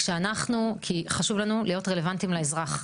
כי חשוב לנו להיות רלוונטיים לאזרח.